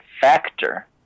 factor